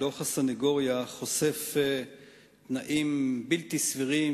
דוח הסניגוריה חושף תנאים בלתי סבירים,